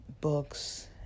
books